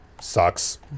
sucks